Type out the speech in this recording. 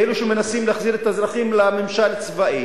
כאילו מנסים להחזיר את האזרחים לממשל צבאי.